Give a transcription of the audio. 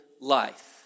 life